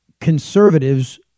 conservatives